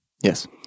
Yes